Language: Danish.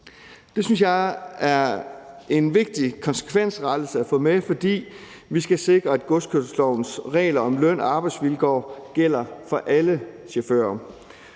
Det synes jeg er en vigtig konsekvensrettelse at få med, fordi vi skal sikre, at godskørselslovens regler om løn- og arbejdsvilkår gælder for alle chauffører.